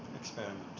experiment